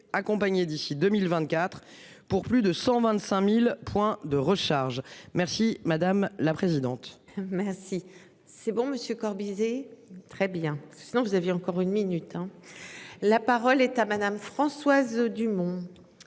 accompagné d'ici 2024 pour plus de 125.000 points de recharge. Merci madame la présidente. Merci c'est bon Monsieur Corbizet très bien sinon vous aviez encore une minute hein. La parole est à madame Françoise Dumont.